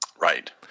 Right